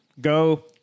Go